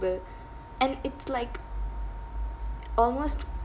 and it's like almost